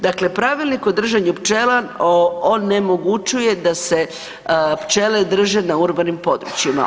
Dakle, pravilnik o držanju pčela onemogućuje da se pčele drže na urbanim područjima.